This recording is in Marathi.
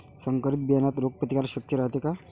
संकरित बियान्यात रोग प्रतिकारशक्ती रायते का?